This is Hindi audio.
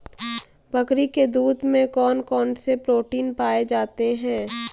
बकरी के दूध में कौन कौनसे प्रोटीन पाए जाते हैं?